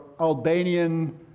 Albanian